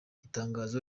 itangazo